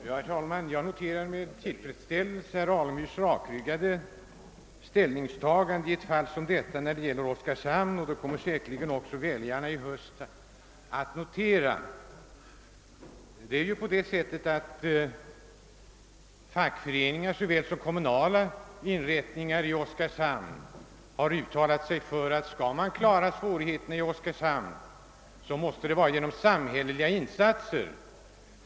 Herr talman! Jag noterar med tillfredsställelse herr Alemyrs rakryggade ställningstagande i denna debatt beträffande Oskarshamn. Det kommer säkerligen också väljarna i höst att göra. Det är ju på det sättet att såväl fackföreningarna som de kommunala organen i Oskarshamn har uttalat att om svårigheterna där skall kunna övervinnas måste det ske genom samhälleliga insatser.